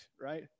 right